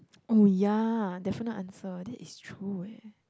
oh ya definite answer that is true eh